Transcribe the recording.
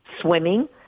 swimming